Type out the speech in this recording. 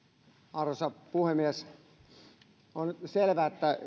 arvoisa puhemies on selvä että